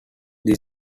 that